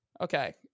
okay